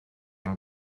and